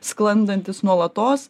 sklandantis nuolatos